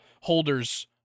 holders